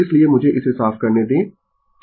इसलिए मुझे इसे साफ करने दें